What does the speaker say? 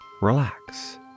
relax